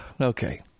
Okay